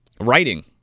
writing